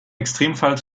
extremfall